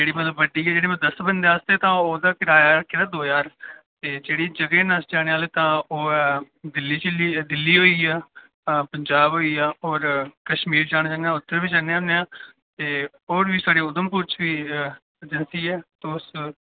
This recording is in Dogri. जेह्ड़ी मतलब बड्डी ऐ मतलब दस बंदे आस्तै ते ओह्दा कराया रक्खे दा दो ज्हार ते जाने आह्ले ते ओह् ऐ दिल्ली छिल्ली दिल्ली होई गेआ पंजाब होई गेआ होर कश्मीर जाने होन्ने उद्धर बी जन्ने होन्नें आं होर साढ़ी उधमपुर च बी अजेंसी ऐ तुस